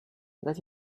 let